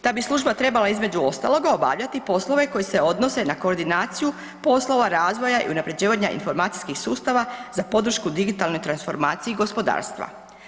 Ta bi služba trebala između ostalog obavljati i poslove koji se odnose na koordinaciju poslova, razvoja i unaprjeđivanja informacijskih sustava za podršku digitalne transformacije i gospodarstva.